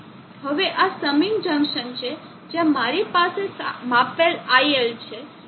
હવે આ summing junction છે જ્યાં મારી પાસે માપેલ IL છે